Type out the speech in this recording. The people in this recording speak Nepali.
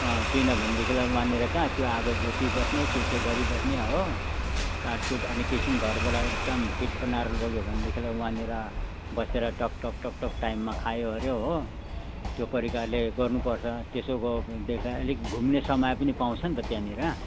अँ किनभनेदेखिलाई वहाँनिर कहाँ त्यो आगो जोतिबस्ने के के गरिबस्ने हो काटकुट अनेक किसिम घरबाट एकदम फिट बनाएर लग्यो भनेदेखिलाई वहाँनिर बसेर टक टक टक टक टाइममा खायोओर्यो हो त्यो प्रकारले गर्नुपर्छ त्यसो त्यसलाई अलिक घुम्ने समय पनि पाउँछन् त त्यहाँनिर